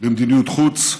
במדיניות חוץ,